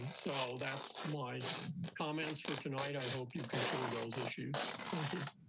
um so that's my comments for tonight. i hope you consider those issues. thank you.